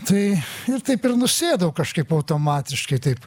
tai ir taip ir nusėdau kažkaip automatiškai taip